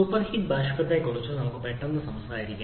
superheated ബാഷ്പത്തെക്കുറിച്ച് നമുക്ക് പെട്ടെന്ന് സംസാരിക്കാം